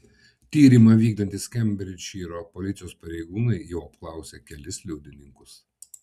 tyrimą vykdantys kembridžšyro policijos pareigūnai jau apklausė kelis liudininkus